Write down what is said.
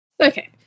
Okay